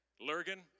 Lurgan